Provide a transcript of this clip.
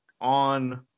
on